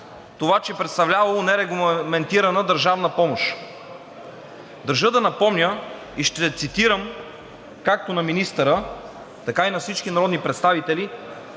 това, че представлявало нерегламентирана държавна помощ. Държа да напомня и ще цитирам както на министъра, така и на всички народни представители